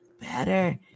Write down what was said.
better